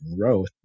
growth